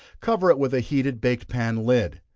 cover it with a heated bake pan lid.